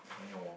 I know